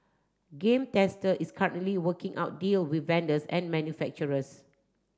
Game Tester is currently working out deal with vendors and manufacturers